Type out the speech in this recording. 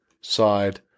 side